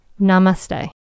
Namaste